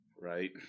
right